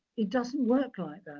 it doesn't work like that.